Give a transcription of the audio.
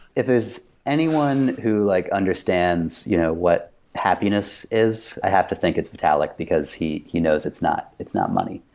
if there's anyone who like understands you know what happiness is, i have to think it's vitalic, because he he knows it's not it's not money.